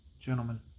gentlemen